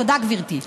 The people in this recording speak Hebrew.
תודה, גברתי.